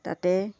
তাতে